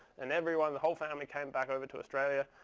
and everyone, the whole family, came back over to australia.